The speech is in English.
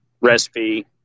recipe